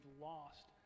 lost